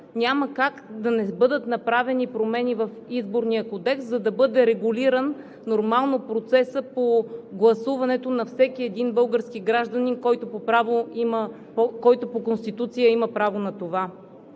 няма как да не бъдат направени промени в Изборния кодекс, за да бъде регулиран нормално процесът по гласуването на всеки един български гражданин, който по Конституция има право на това.